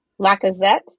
Lacazette